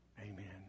Amen